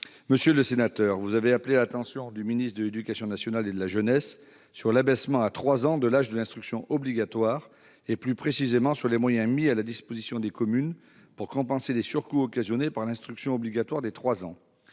votre intention. Vous avez appelé l'attention du ministre de l'éducation nationale et de la jeunesse sur l'abaissement à 3 ans de l'âge de l'instruction obligatoire, et plus précisément sur les moyens mis à la disposition des communes pour compenser les surcoûts occasionnés par cette mesure.